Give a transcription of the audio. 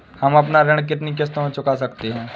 हम अपना ऋण कितनी किश्तों में चुका सकते हैं?